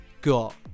got